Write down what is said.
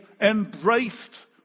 embraced